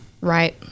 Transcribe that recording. Right